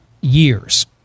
years